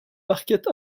marquette